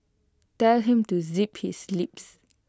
tell him to zip his lips